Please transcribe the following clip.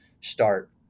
start